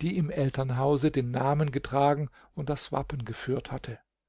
die im elternhause den namen getragen und das wappen geführt hatte